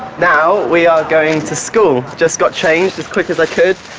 now, we are going to school. just got changed as quick as i could.